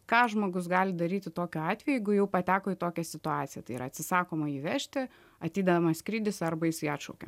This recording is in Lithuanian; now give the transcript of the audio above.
ką žmogus gali daryti tokiu atveju jeigu jau pateko į tokią situaciją tai yra atsisakoma jį vežti atidedamas skrydis arba jisai atšaukia